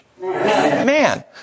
Man